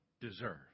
deserve